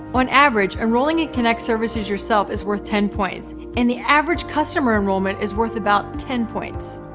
on average enrolling in kynect services yourself is worth ten points, and the average customer enrollment is worth about ten points.